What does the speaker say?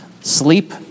sleep